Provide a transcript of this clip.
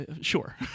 sure